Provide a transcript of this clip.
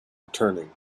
returning